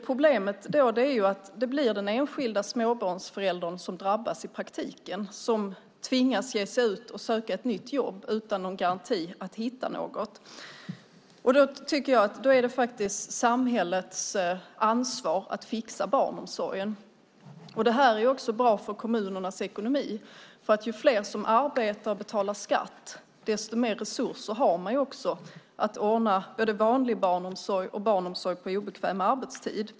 Problemet är att det blir den enskilde småbarnsföräldern som drabbas i praktiken och tvingas ge sig ut att söka ett nytt jobb utan någon garanti att hitta ett. Därför är det samhällets ansvar att fixa barnomsorgen. Det här är också bra för kommunernas ekonomi. Ju fler som arbetar och betalar skatt, desto mer resurser har kommunen att ordna både vanlig barnomsorg och barnomsorg på obekväm arbetstid.